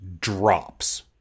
drops